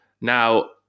Now